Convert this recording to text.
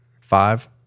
five